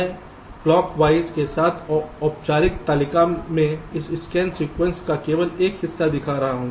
मैं क्लॉकवॉइस के साथ औपचारिक तालिका में इस स्कैन सीक्वेंस का केवल एक हिस्सा दिखा रहा हूं